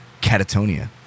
Catatonia